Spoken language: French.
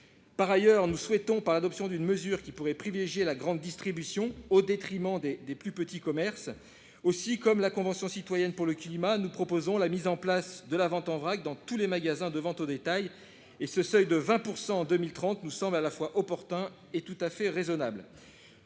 Par ailleurs, nous ne souhaitons pas l'adoption d'une mesure qui pourrait favoriser la grande distribution au détriment des plus petits commerces. Aussi, comme la Convention citoyenne pour le climat, nous proposons la mise en place de la vente en vrac dans tous les magasins de vente au détail : le seuil de 20 % fixé à l'horizon 2030 nous paraît à la fois opportun et tout à fait raisonnable.